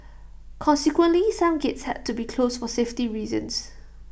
consequently some gates had to be closed for safety reasons